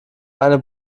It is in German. eine